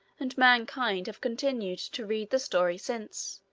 and mankind have continued to read the story since,